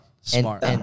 Smart